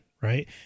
right